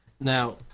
Now